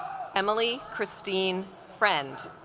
emily christine friend